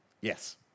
Yes